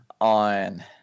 on